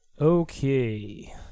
Okay